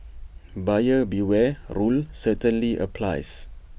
buyer beware rule certainly applies